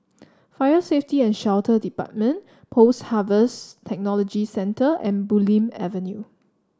Fire Safety and Shelter Department Post Harvest Technology Centre and Bulim Avenue